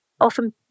often